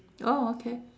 oh okay